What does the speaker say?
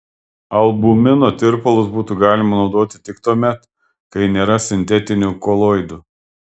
albumino tirpalus būtų galima naudoti tik tuomet kai nėra sintetinių koloidų